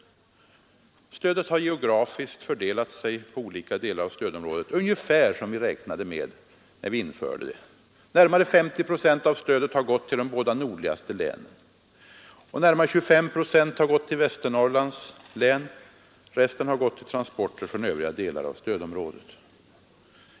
Stödet har geografiskt fördelat sig på olika delar av stödområdet ungefär som vi räknade med när vi införde det. Närmare 50 procent av stödet har gått till de båda nordligaste länen och närmare 25 procent till Västernorrlands län. Resten har gått till transporter från övriga delar av stödområdet.